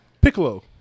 Piccolo